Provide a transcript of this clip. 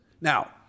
Now